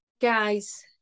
guys